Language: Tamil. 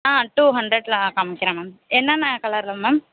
ஆ டூ ஹண்ட்ரடில் நான் காம்மிக்கிறேன் மேம் என்னென்ன கலரில் மேம்